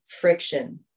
friction